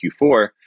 Q4